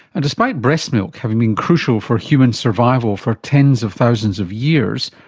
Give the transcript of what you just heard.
and despite breast milk having been crucial for human survival for tens of thousands of years,